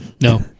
No